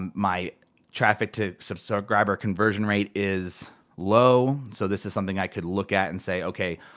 um my traffic to subscriber conversion rate is low, so this is something i could look at and say, okay,